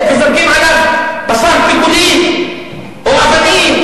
וזורקים עליו בשר פיגולים או אבנים,